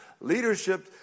leadership